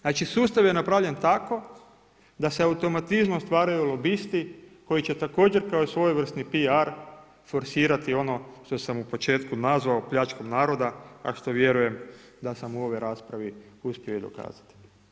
Znači sustav je napravljen tako da se automatizmom stvaraju lobisti koji će također kao svojevrsni PR forsirati ono što sam u početku nazvao pljačkom naroda, a što vjerujem da sam u ovoj raspravi uspio dokazati.